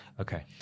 Okay